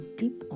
deep